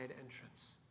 entrance